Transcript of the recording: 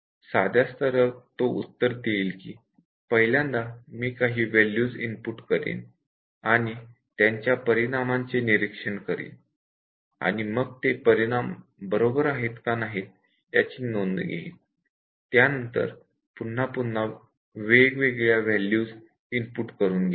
साध्या स्तरावर तो उत्तर देईल की पहिल्यांदा मी काही व्हॅल्यूज इनपुट करेन आणि त्यांच्या परिणामांचे निरीक्षण करीन आणि मग ते परिणाम बरोबर आहेत का नाहीत याची नोंद घेईन आणि त्यानंतर पुन्हा पुन्हा वेगवेगळ्या व्हॅल्यूज इनपुट करून घेईन